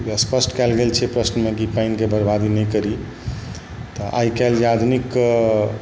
ई स्पष्ट कएल गेल छै प्रश्नमे कि पानिके बर्बादी नहि करी तऽ आइ काल्हि जे आधुनिक